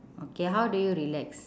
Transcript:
okay how do you relax